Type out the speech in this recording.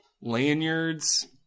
Lanyards